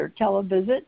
televisit